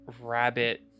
rabbit